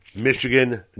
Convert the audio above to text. Michigan